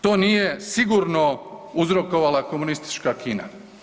To nije sigurno uzrokovala komunistička Kina.